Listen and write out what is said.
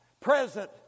present